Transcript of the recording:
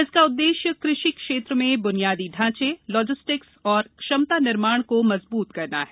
इसका उददेश्य कृषि क्षेत्र में ब्नियादी ढांचे लॉजिस्टिक्स और क्षमता निर्माण को मजबूत करना है